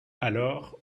alors